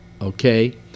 okay